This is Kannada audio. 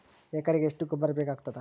ಎಕರೆಗ ಎಷ್ಟು ಗೊಬ್ಬರ ಬೇಕಾಗತಾದ?